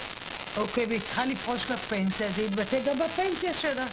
והיא צריכה לפרוש לפנסיה זה יתבטא גם בפנסיה שלה,